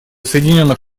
соединенных